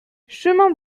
chemin